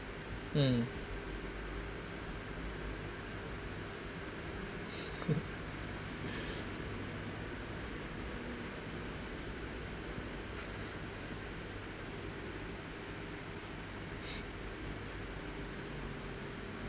mm